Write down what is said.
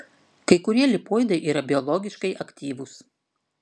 kai kurie lipoidai yra biologiškai aktyvūs